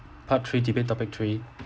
part three debate topic three